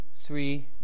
three